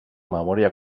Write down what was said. memòria